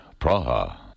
Praha